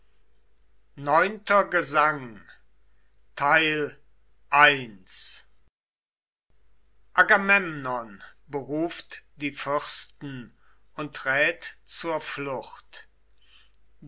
neunter gesang agamemnon beruft die fürsten und rät zur flucht